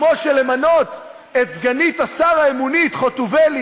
כמו שלמנות את סגנית השר האמונית חוטובלי